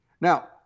Now